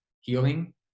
healing